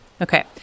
Okay